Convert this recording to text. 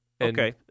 Okay